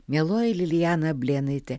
mieloji lilijana ablėnaitė